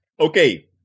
Okay